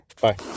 bye